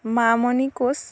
Mamoni Koch